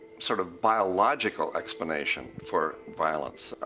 sort of biological explanation for violence,